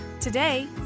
Today